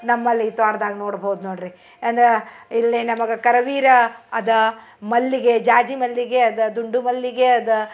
ನಮ್ಮಲ್ಲಿ ತೋಟ್ದಾಗೆ ನೋಡ್ಬೋದು ನೋಡ್ರಿ ಅಂದಾ ಇಲ್ಲಿ ನಮ್ಗೆ ಕರವೀರ ಅದ ಮಲ್ಲಿಗೆ ಜಾಜಿ ಮಲ್ಲಿಗೆ ಅದ ದುಂಡು ಮಲ್ಲಿಗೆ ಅದ